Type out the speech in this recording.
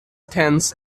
tense